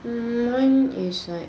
hmm my it's like